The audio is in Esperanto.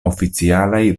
oficialaj